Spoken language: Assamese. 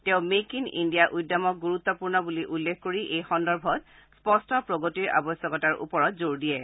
তেওঁ মেক ইন ইণ্ডিয়া উদ্যমক গুৰুত্বপূৰ্ণ বুলি উল্লেখ কৰি এই সন্দৰ্ভত স্পষ্ট প্ৰগতিৰ আৱশ্যকতাৰ ওপৰত জোৰ দিয়ে